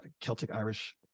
Celtic-Irish